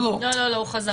--- הוא חזר בו.